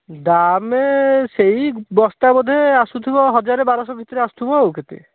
ଦାମେ ସେଇ ବସ୍ତା ବୋଧେ ଆସୁଥିବା ହଜାରେ ବାରଶହ ଭିତରେ ଆସୁଥିବା ଆଉ କେତେ